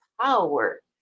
power